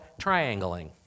triangling